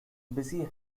busy